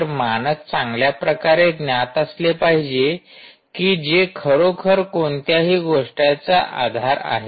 तर मानक चांगल्या प्रकारे ज्ञात असले पाहिजे जे खरोखर कोणत्याही गोष्टीचा आधार आहे